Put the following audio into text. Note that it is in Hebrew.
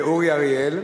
אורי אריאל.